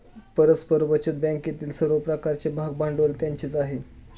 परस्पर बचत बँकेतील सर्व प्रकारचे भागभांडवल त्यांचेच आहे